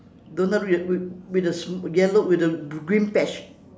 doughnut ring with with a sm~ yellow with a gre~ green patch